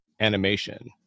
animation